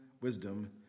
wisdom